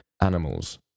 animals